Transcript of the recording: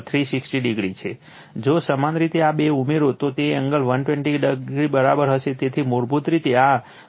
જો સમાન રીતે આ બે ઉમેરો તો તે એંગલ 120o બરાબર હશે તેથી મૂળભૂત રીતે આ 1120o છે